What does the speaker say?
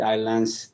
Islands